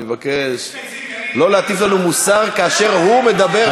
אני מבקש לא להטיף לנו מוסר כאשר הוא מדבר,